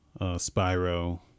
Spyro